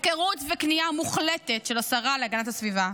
הפקרות וכניעה מוחלטת של השרה להגנת הסביבה.